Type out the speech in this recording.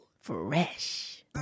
fresh